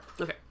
Okay